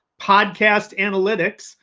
podcast analytics,